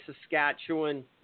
Saskatchewan